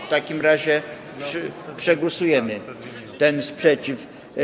W takim razie przegłosujemy ten sprzeciw.